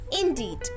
indeed